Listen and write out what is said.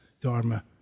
Dharma